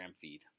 feed